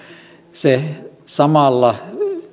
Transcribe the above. se samalla